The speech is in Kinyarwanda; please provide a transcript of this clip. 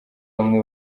bamwe